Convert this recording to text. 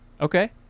Okay